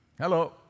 Hello